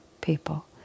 people